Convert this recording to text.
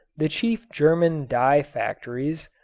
the chief german dye factories,